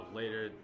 later